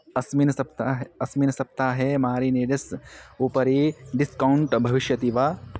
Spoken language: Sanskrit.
अस्मिन् सप्ताहे अस्मिन् सप्ताहे मारिनेडस् उपरि डिस्कौण्ट् भविष्यति वा